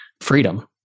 freedom